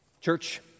Church